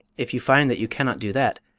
if you find that you cannot do that,